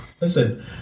Listen